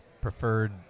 preferred